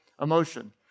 emotion